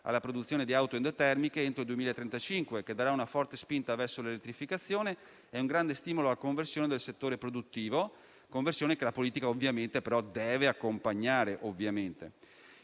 alla produzione di auto endotermiche entro il 2035, che darà una forte spinta verso l'elettrificazione e un grande stimolo alla conversione del settore produttivo, che la politica deve accompagnare,